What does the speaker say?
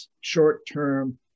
short-term